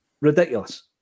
Ridiculous